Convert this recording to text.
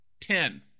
Ten